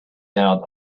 out